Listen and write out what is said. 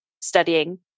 studying